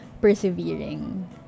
persevering